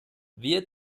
wer